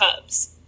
Cubs